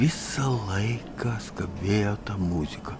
visą laiką skambėjo ta muzika